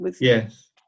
Yes